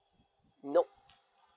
nope